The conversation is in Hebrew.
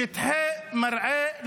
שטחי מרעה ליהודים.